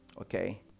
okay